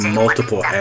multiple